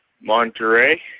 Monterey